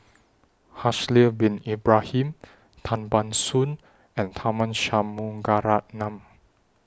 Haslir Bin Ibrahim Tan Ban Soon and Tharman Shanmugaratnam